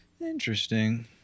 Interesting